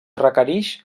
requerix